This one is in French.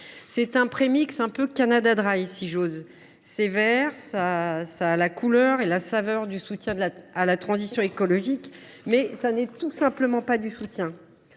c’est un prémix Canada Dry : c’est vert, ça a la couleur et la saveur du soutien à la transition écologique, mais ça n’est tout simplement pas du soutien.